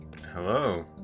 Hello